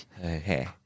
Okay